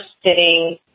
sitting